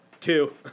Two